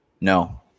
No